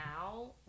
now